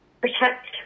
protect